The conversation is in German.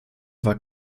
war